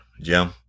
Jim